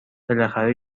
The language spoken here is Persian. بالاخره